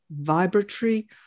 vibratory